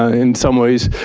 ah in some ways,